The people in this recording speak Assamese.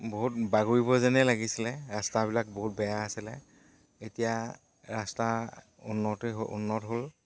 বহুত বাগৰিব যেনেই লাগিছিলে ৰাস্তাবিলাক বহুত বেয়া আছিলে এতিয়া ৰাস্তা উন্নতেই হ উন্নত হ'ল